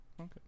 Okay